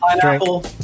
Pineapple